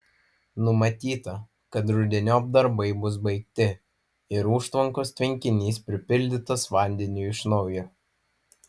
numatyta kad rudeniop darbai bus baigti ir užtvankos tvenkinys pripildytas vandeniu iš naujo